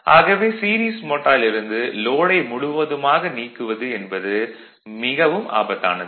ஆகவே சீரிஸ் மோட்டாரிலிருந்து லோடை முழுவதுமாக நீக்குவது என்பது மிகவும் ஆபத்தானது